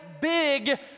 big